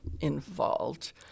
involved